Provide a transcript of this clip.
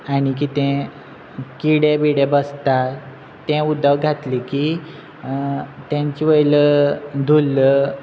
आनी कितें किडे बिडे बसतात तें उदक घातले की तांचे वयलो धुल्ल